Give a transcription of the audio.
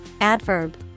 Adverb